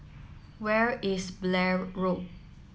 where is Blair Road